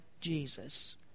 Jesus